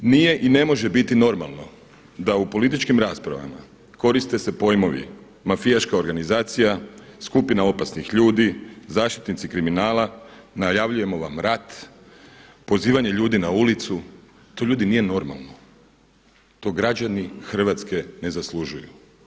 Nije i ne može biti normalno da u političkim raspravama koriste se pojmovi, mafijaška organizacija, skupina opasnih ljudi, zaštitnici kriminala, najavljujemo vam rat, pozivanje ljudi na ulicu, to ljudi nije normalno, to građani Hrvatske ne zaslužuju.